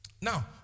Now